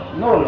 no